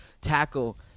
tackle